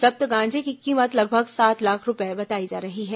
जब्त गांजे की कीमत लगभग सात लाख रूपये बताई जा रही है